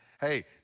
hey